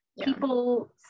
People